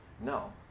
no